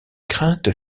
craintes